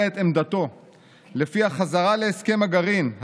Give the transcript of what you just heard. את עמדתו שלפיה חזרה להסכם הגרעין,